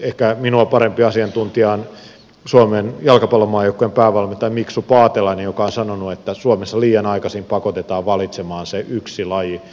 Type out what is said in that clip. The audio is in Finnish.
ehkä minua parempi asiantuntija on suomen jalkapallomaajoukkueen päävalmentaja mixu paatelainen joka on sanonut että suomessa liian aikaisin pakotetaan valitsemaan se yksi laji